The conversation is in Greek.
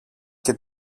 και